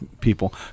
people